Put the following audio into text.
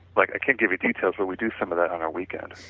like i can't give you details, but we do some of that on our weekend.